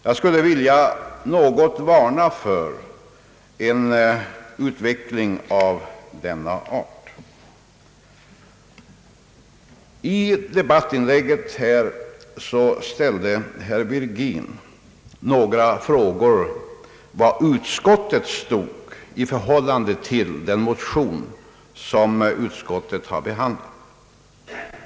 Jag vill något varna för en sådan utveckling. I sitt debattinlägg ställde herr Virgin några frågor, bl.a. om var utskottet stod i förhållande till den motion som det har behandlat.